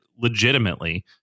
legitimately